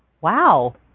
Wow